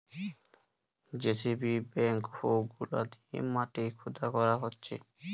JCB backhoe গুলা দিয়ে মাটি খুদা করা হতিছে